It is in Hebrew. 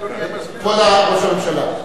כבוד ראש הממשלה.